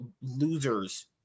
losers